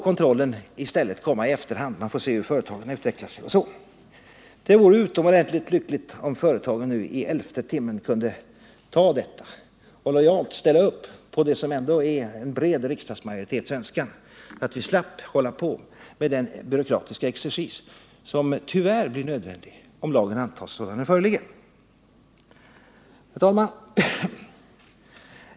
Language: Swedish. Kontrollen får i stället komma i efterhand; man får se hur företagen utvecklar sig. Det vore utomordentligt lyckligt om företagen nu i elfte timmen kunde acceptera detta och lojalt ställa upp på vad som ändå är en bred svensk riksdagsmajoritets vilja, så att vi slapp hålla på med den byråkratiska exercis som tyvärr blir nödvändig om lagen skall tillämpas i sin helhet. Herr talman!